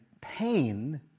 pain